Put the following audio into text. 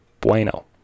Bueno